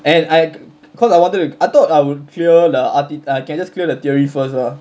and I cause I wanted to I thought I would clear the part it can just clear the theory first lah